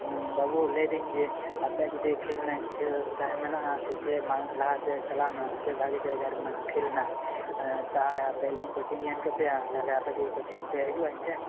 ᱵᱟᱹᱵᱩ ᱞᱟ ᱭᱫᱤᱧ ᱡᱮ ᱟᱯᱮᱭᱟᱜ ᱡᱩᱫᱤ ᱠᱷᱮᱞ ᱨᱮᱱᱟᱜ ᱤᱪᱪᱷᱟ ᱛᱟᱦᱮᱸ ᱢᱮᱱᱟᱜᱼᱟ ᱥᱮ ᱪᱮ ᱢᱟ ᱞᱟᱦᱟ ᱥᱮᱫ ᱪᱟᱞᱟᱣ ᱨᱮᱱᱟᱜ ᱥᱮ ᱵᱷᱟᱜᱮ ᱡᱟᱭᱜᱟ ᱨᱮᱱᱟᱜ ᱠᱷᱮᱞ ᱨᱮᱱᱟᱜ ᱮᱸ ᱛᱟᱦᱚᱞᱮ ᱟᱯᱮ ᱤᱧ ᱠᱚᱪᱤᱝ ᱤᱧ ᱮᱢ ᱠᱮᱯᱮᱭᱟ ᱛᱟᱦᱚᱞᱮ ᱟᱯᱮ ᱠᱤ ᱠᱚᱪᱤᱝ ᱯᱮ ᱦᱤᱡᱩᱜ ᱟ ᱤᱧ ᱴᱷᱮᱱ